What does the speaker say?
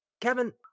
Kevin